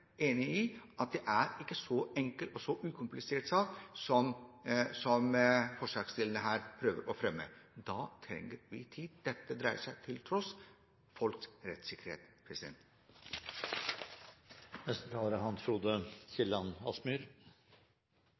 at det er ikke en enkel og ukomplisert sak forslagsstillerne her prøver på å fremme. Da trenger vi tid. Dette dreier seg tross alt om folks rettssikkerhet.